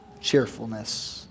cheerfulness